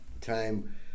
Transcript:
time